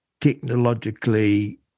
technologically